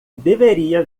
deveria